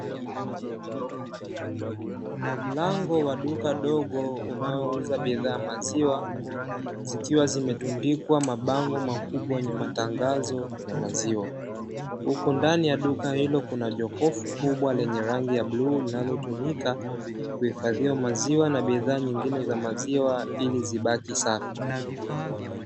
Mlango wa duka dogo linaouza bidhaa ya maziwa zikiwa zimetundikwa mabango makubwa yenye matangazo ya maziwa. Huku ndani ya duka hilo kuna jokofu kubwa lenye rangi ya bluu linalotumika kuhifadhia maziwa na bidhaa nyingine za maziwa ili zibaki safi.